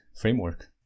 framework